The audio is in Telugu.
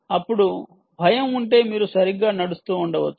అప్పుడు భయం ఉంటే మీరు సరిగ్గా నడుస్తూ ఉండవచ్చు